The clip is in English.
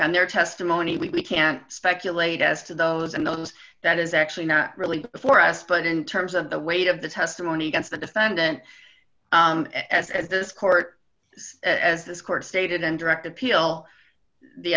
on their testimony we can't speculate as to those and those that is actually not really for us but in terms of the weight of the testimony against the defendant as as this court as this court stated and direct appeal the